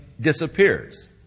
disappears